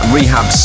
Rehab